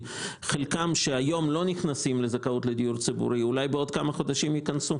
חלקן אולי בעוד כמה חודשים ייכנסו.